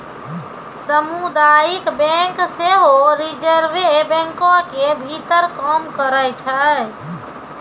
समुदायिक बैंक सेहो रिजर्वे बैंको के भीतर काम करै छै